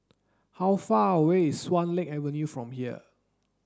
how far away is Swan Lake Avenue from here